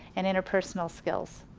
and interpersonal skills.